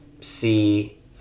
see